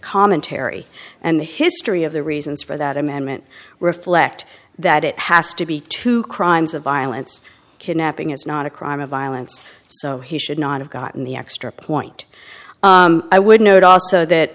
commentary and the history of the reasons for that amendment reflect that it has to be to crimes of violence kidnapping is not a crime of violence so he should not have gotten the extra point i would note also that